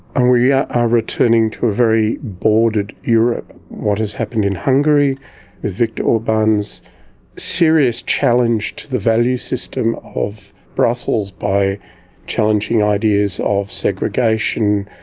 and we are returning to a very bordered europe. what has happened in hungary, with viktor orban's serious challenge to the value system of brussels, by challenging ideas of segregation,